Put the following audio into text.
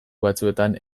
batzuetan